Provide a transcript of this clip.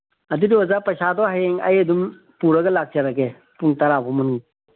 ꯑꯗꯨꯗꯤ ꯑꯣꯖꯥ ꯄꯩꯁꯥꯗꯣ ꯍꯌꯦꯡ ꯑꯩ ꯑꯗꯨꯝ ꯄꯨꯔꯒ ꯂꯥꯛꯆꯔꯒꯦ ꯄꯨꯡ ꯇꯔꯥꯕꯧ ꯃꯅꯨꯡ